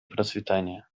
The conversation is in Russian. процветания